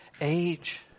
age